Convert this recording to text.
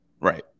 Right